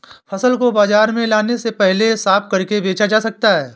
फसल को बाजार में लाने से पहले साफ करके बेचा जा सकता है?